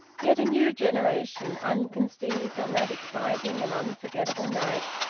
yet a new generation, unconceived on that exciting and unforgettable night,